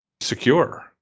secure